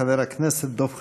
חבר הכנסת דב חנין.